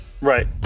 Right